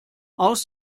aus